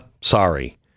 sorry